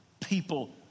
People